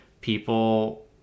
people